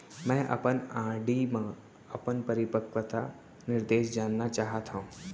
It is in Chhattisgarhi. मै अपन आर.डी मा अपन परिपक्वता निर्देश जानना चाहात हव